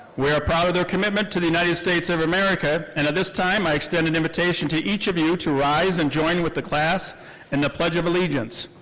we are proud of their commitment to the united states of america and at this time, i extend an invitation to each of you to rise and join with the class in the pledge of allegiance.